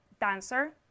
dancer